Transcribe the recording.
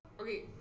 Okay